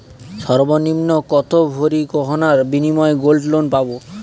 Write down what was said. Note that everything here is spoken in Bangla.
সর্বনিম্ন কত ভরি গয়নার বিনিময়ে গোল্ড লোন পাব?